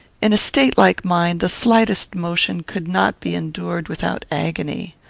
in a state like mine, the slightest motion could not be endured without agony.